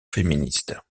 féministe